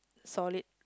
solid